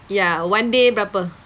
ya one day berapa